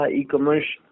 e-commerce